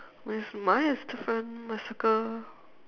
means mine is different I circle